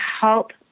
help